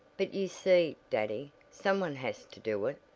but you see, daddy, someone has to do it,